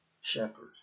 shepherd